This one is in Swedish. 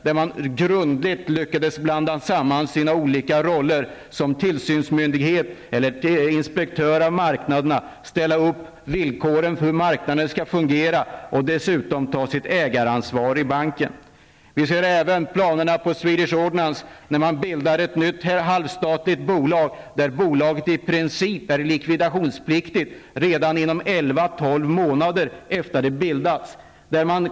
Där lyckades man ju grundligt blanda ihop sina olika roller, som tillsynsmyndighet eller inspektör av marknaderna, och sätta upp villkor för hur marknaden skall fungera. Dessutom gällde det ägaransvaret i banken. Sedan har vi planerna beträffande Swedish princip är bolaget likvidationspliktigt redan elva tolv månader efter det att det bildats.